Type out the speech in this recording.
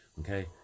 okay